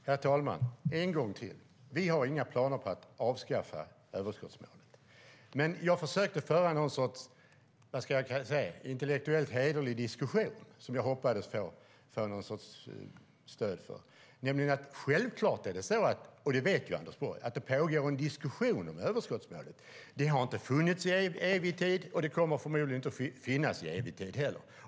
Herr talman! Jag tar det en gång till: Vi har inga planer på att avskaffa överskottsmålet. Jag försökte föra en intellektuellt hederlig diskussion som jag hoppades få stöd för. Anders Borg vet att det pågår en diskussion om överskottsmålet. Det har inte funnits i evig tid, och det kommer förmodligen inte att finnas i evig tid heller.